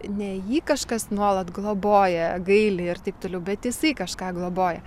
ne jį kažkas nuolat globoja gaili ir taip toliau bet jisai kažką globoja